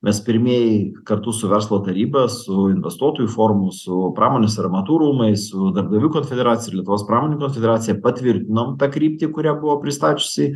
mes pirmieji kartu su verslo taryba su investuotojų forumu su pramonės ir amatų rūmais su darbdavių konfederacija lietuvos pramoninkų konfederacija patvirtinom tą kryptį kuria buvo pristačiusi